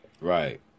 Right